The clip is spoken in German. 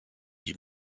die